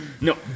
No